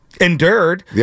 endured